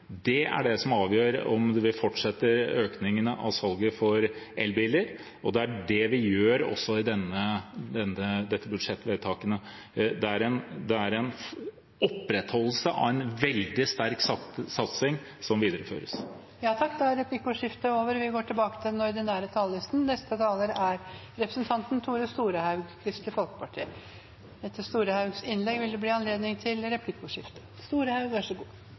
Det er det som avgjør om økningen i salget av elbiler vil fortsette, og det er det vi gjør også i disse budsjettvedtakene. Det er en opprettholdelse av en veldig sterk satsing som videreføres. Replikkordskiftet er over. Hjarteleg takk